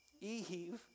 Eve